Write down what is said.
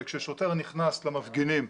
וכששוטר נכנס למפגינים,